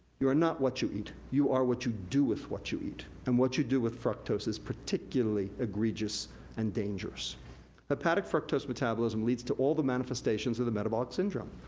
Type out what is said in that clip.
you are not what you eat. you are what you do with what you eat. and what you do with fructose is particularly egregious and dangerous hepatic fructose metabolism leads to all the manifestations of the metabolic syndrome.